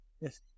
yes